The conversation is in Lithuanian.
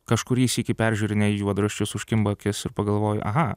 kažkurį sykį peržiūrinėji juodraščius užkimba akis ir pagalvoji aha